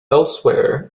elsewhere